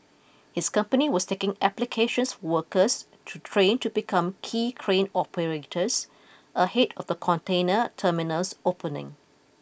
his company was taking applications workers to train to become quay crane operators ahead of the container terminal's opening